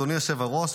אדוני היושב-ראש,